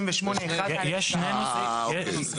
אה, אוקיי.